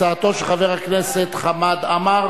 הצעתם של חברי הכנסת חמד עמאר